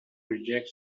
reject